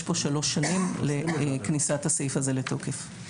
כאן שלוש שנים לכניסת הסעיף הזה לתוקף.